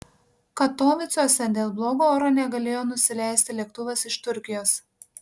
katovicuose dėl blogo oro negalėjo nusileisti lėktuvas iš turkijos